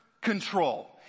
control